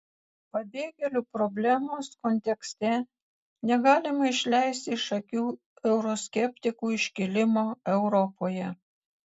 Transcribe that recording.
pabėgėlių problemos kontekste negalima išleisti iš akių euroskeptikų iškilimo europoje